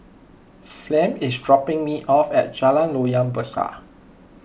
Flem is dropping me off at Jalan Loyang Besar